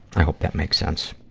i hope that makes sense.